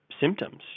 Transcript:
symptoms